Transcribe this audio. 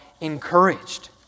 encouraged